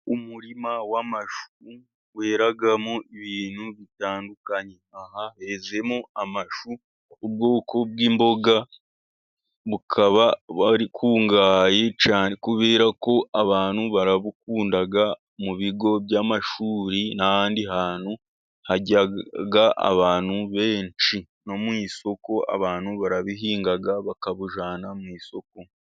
Umurima w'amashu weramo ibintu bitandukanye aha hezemo amashu, ubwoko bw'imboga bukaba bukungahaye cyane, kubera ko abantu barabukunda. Mu bigo by'amashuri n'ahandi hantu hajya abantu benshi, n'abantu barabihinga bakabijyana mu isoko.